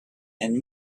and